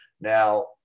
Now